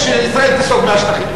מהשטחים.